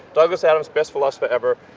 douglas adams, best philosopher ever,